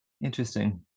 interesting